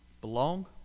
Belong